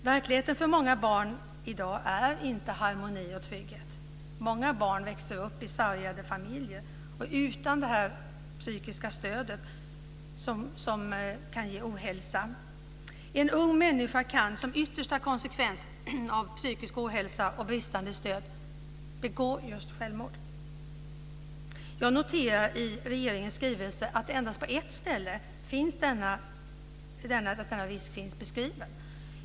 Verkligheten för många barn i dag är inte harmoni och trygghet. Många barn växer upp i sargade familjer och utan stöd, och det kan ge psykisk ohälsa. Fru talman! En ung människa kan som yttersta konsekvens av psykisk ohälsa och bristande stöd begå just självmord. Jag noterar att denna risk finns beskriven endast på ett ställe i regeringens skrivelse.